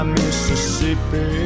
Mississippi